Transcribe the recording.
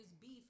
beef